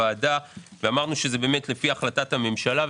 אמרנו שזה לפי החלטת הממשלה.